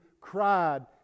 cried